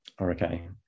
Okay